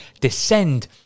descend